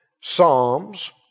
Psalms